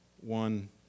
one